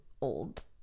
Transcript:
old